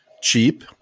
cheap